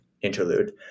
interlude